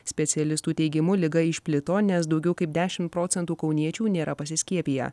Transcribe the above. specialistų teigimu liga išplito nes daugiau kaip dešimt procentų kauniečių nėra pasiskiepiję